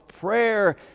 prayer